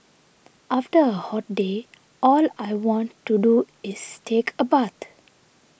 after a hot day all I want to do is take a bath